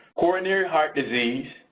coronary heart disease,